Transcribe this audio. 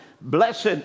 Blessed